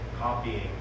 copying